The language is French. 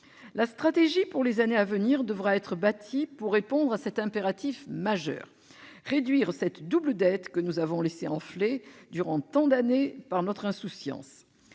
la stratégie pour les années à venir, afin de répondre à cet impératif majeur : réduire cette double dette que nous avons laissé enfler durant tant d'années à cause de notre insouciance.